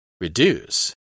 Reduce